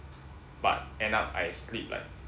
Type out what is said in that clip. but end up I sleep like